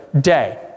day